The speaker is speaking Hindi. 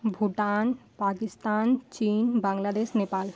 भूटान पाकिस्तान चीन बांग्लादेश नेपाल